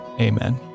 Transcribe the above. Amen